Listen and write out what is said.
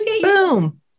boom